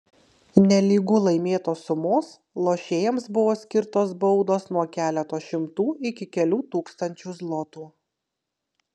nelygu laimėtos sumos lošėjams buvo skirtos baudos nuo keleto šimtų iki kelių tūkstančių zlotų